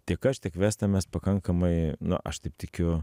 tiek aš tiek vesta mes pakankamai nu aš taip tikiu